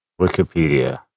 Wikipedia